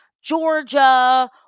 Georgia